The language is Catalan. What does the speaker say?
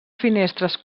finestres